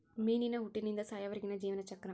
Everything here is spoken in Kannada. ಮೇನಿನ ಹುಟ್ಟಿನಿಂದ ಸಾಯುವರೆಗಿನ ಜೇವನ ಚಕ್ರ